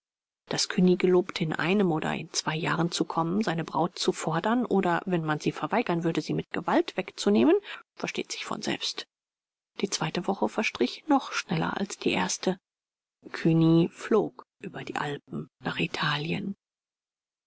daß cugny gelobte in einem oder in zwei jahren zu kommen seine braut zu fordern oder wenn man sie verweigern würde sie mit gewalt wegzunehmen versteht sich von selbst die zweite woche verstrich noch schneller als die erste cugny flog über die alpen nach italien